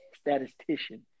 statistician